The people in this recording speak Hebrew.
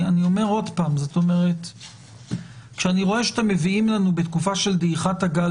אני רואה שאתם מביאים לנו בתקופה של דעיכת הגל